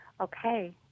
Okay